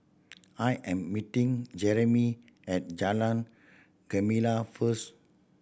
I am meeting Jereme at Jalan Gemala first